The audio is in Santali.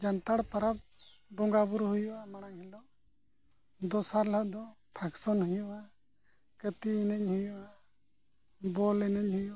ᱡᱱᱟᱛᱟᱲ ᱯᱚᱨᱚᱵᱽ ᱵᱚᱸᱜᱟ ᱵᱳᱨᱳ ᱦᱩᱭᱩᱜᱼᱟ ᱢᱟᱲᱟᱝ ᱦᱤᱞᱳᱜ ᱫᱚᱥᱟᱨ ᱦᱤᱞᱳᱜ ᱫᱚ ᱯᱷᱟᱝᱥᱚᱱ ᱦᱩᱭᱩᱜᱼᱟ ᱠᱟᱹᱛᱤ ᱮᱱᱮᱡ ᱦᱩᱭᱩᱜᱼᱟ ᱵᱚᱞ ᱮᱱᱮᱡ ᱦᱩᱭᱩᱜᱼᱟ